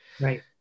right